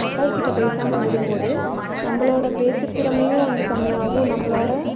மக்கள் கிட்ட பேசாமல் விடும் போது நம்மளோட பேச்சி திறமையும் வந்து கம்மியாகும் நம்மளோட